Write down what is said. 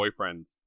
boyfriends